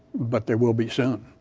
but they will be soon.